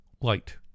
light